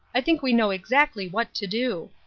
i think we know exactly what to do.